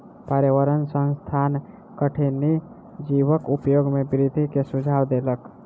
पर्यावरण संस्थान कठिनी जीवक उपयोग में वृद्धि के सुझाव देलक